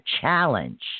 challenge